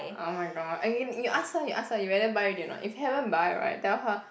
oh my god okay you ask her you ask her you whether buy already or not if haven't buy right tell her